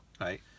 right